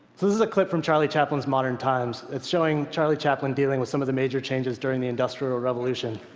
this is a clip from charlie chaplin's modern times. it's showing charlie chaplin dealing with some of the major changes during the industrial revolution.